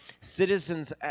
Citizens